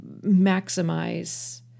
maximize